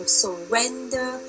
surrender